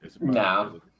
No